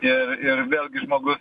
ir ir vėlgi žmogus